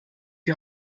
die